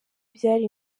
byari